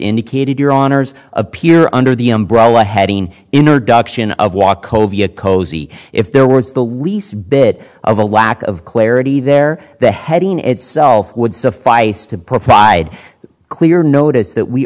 indicated your honour's appear under the umbrella heading introduction of walkover cozy if there were the least bit of a lack of clarity there the heading itself would suffice to provide clear notice that we